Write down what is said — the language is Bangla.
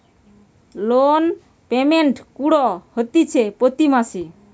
লোন পেমেন্ট কুরঢ হতিছে প্রতি মাসে